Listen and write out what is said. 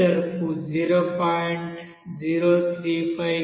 035 కిలోలు